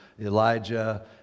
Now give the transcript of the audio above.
Elijah